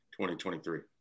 2023